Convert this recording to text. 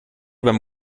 beim